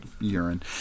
urine